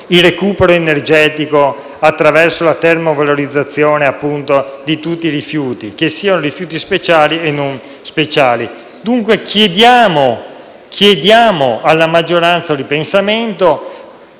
il recupero energetico attraverso la termovalorizzazione di tutti i rifiuti, che siano rifiuti speciali o non speciali. Dunque chiediamo alla maggioranza un ripensamento.